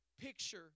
picture